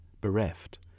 bereft